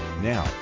Now